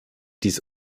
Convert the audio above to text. dies